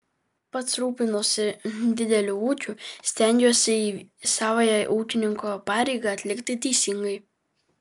pats rūpinuosi dideliu ūkiu stengiuosi savąją ūkininko pareigą atlikti teisingai